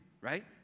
right